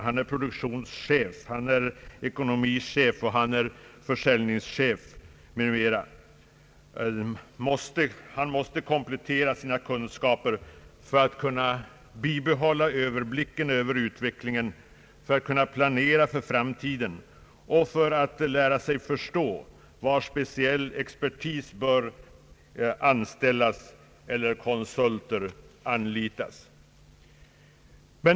Han är produktionschef, han är ekonomichef, han är försäljningschef m.m. Han måste komplettera sina kunskaper för att kunna behålla överblicken över utvecklingen, för att kunna planera för framtiden och för att lära sig förstå var speciell expertis bör anställas eller konsulter anlitas.